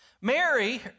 Mary